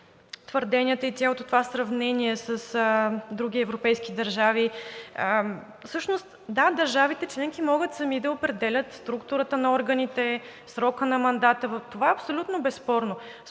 твърденията и цялото това сравнение с други европейски държави – всъщност, да, държавите членки могат сами да определят структурата на органите, срока на мандата, това е абсолютно безспорно.